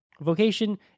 Vocation